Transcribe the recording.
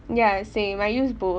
ya same I use both